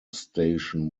station